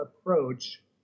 approach